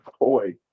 boy